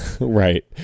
right